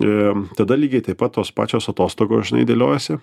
ir tada lygiai taip pat tos pačios atostogos žinai dėliojasi